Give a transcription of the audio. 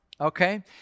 Okay